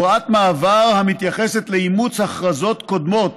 הוראת מעבר המתייחסת לאימוץ הכרזות קודמות